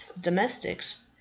domestics